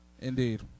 Indeed